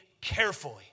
carefully